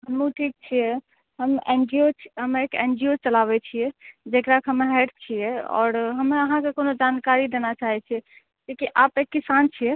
हमहुँ ठीक छियै हम एन जी ओ हम एक एन जी ओ चलाबै छियै जेकराके हम हेड छियै आओर हमे अहाँके कोनो जानकारी देना चाहै छियै किए कि आप तऽ किसान छियै